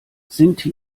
sinti